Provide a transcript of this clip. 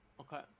Okay